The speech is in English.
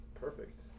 Perfect